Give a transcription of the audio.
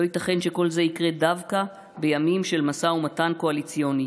לא ייתכן שכל זה יקרה דווקא בימים של משא ומתן קואליציוני,